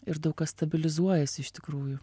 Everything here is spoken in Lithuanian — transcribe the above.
ir daug kas stabilizuojasi iš tikrųjų